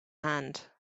hand